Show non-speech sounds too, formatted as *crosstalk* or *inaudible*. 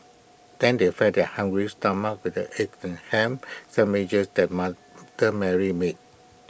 then they fed their hungry stomachs with the egg and Ham Sandwiches that *hesitation* that Mary made